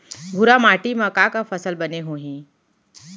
भूरा माटी मा का का फसल बने होही?